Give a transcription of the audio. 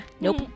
Nope